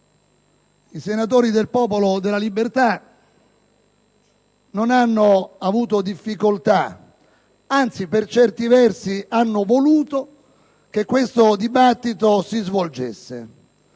i senatori del Popolo della Libertà non hanno avuto difficoltà, anzi per certi versi hanno voluto che questo dibattito si svolgesse.